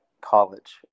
college